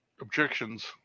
Objections